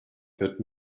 fährt